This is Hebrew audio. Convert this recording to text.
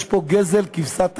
יש פה גזל כבשת הרש.